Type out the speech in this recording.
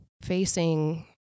facing